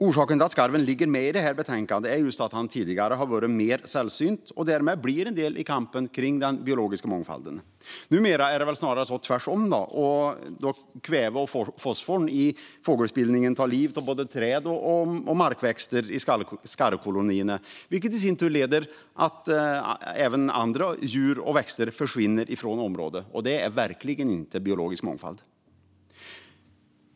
Orsaken till att skarven ligger med i detta betänkande är just att den tidigare har varit mer sällsynt och därmed har blivit en del i kampen om den biologiska mångfalden. Numera är det snarare tvärtom - kvävet och fosforn i fågelspillningen tar livet av både träd och markväxter i skarvkolonierna, vilket i sin tur leder till att även andra djur och växter försvinner från området. Det är verkligen inte biologisk mångfald.